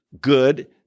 good